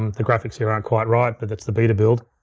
um the graphics here aren't quite right, but that's the beta build.